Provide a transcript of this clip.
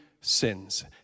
sins